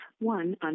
one